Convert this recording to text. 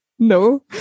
No